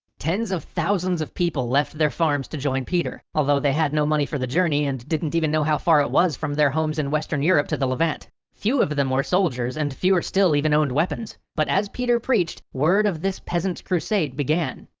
tens of thousands of people left their farms to join peter, although they had no money for the journey and didn't even know how far it was from their homes in western europe to the levant. few of of them where soldiers, and fewer still even owned weapons. but as peter preached, word of this peasants crusade began.